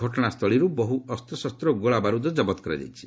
ଘଟଣାସ୍ଥଳୀରୁ ବହୁ ଅସ୍ତଶସ୍ତ ଓ ଗୋଳାବାରୁଦ କରାଯାଇଛି